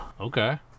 okay